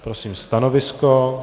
Prosím stanovisko?